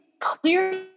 clear